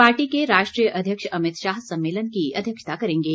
party के राष्ट्रीय अध्यक्ष अमित शाह सम्मेलन की अध्यक्षता करेंगे